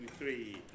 Three